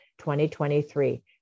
2023